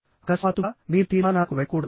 ఆకస్మాతుగా మీరు తీర్మానాలకు వెళ్లకూడదు